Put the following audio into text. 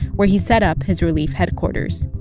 where he set up his relief headquarters.